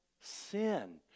sin